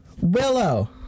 Willow